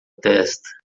testa